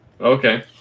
Okay